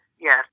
yes